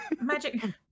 Magic